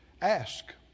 Ask